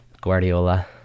Guardiola